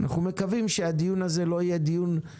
אנחנו מקווים שהדיון הזה לא יהיה דיון-סרק